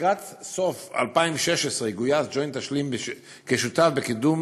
לקראת סוף 2016 גויס ג'וינט אשלים כשותף בקידום